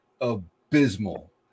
abysmal